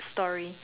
story